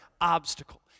obstacle